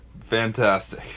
Fantastic